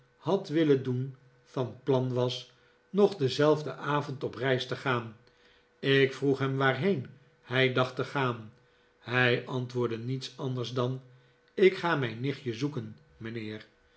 had willen doen van plan was nog dienzelfden avond op reis te gaan ik vroeg hem waarheen hij dacht te gaan hij antwoordde niets anders dan ik ga mijn nichtje zoeken mijnheer